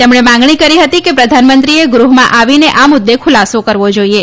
તેમણે માગણી કરી હતી કે પ્રધાનમંત્રીએ ગૃહમાં આવીને આ મુદ્દે ખુલાસો કરવો જાઇએ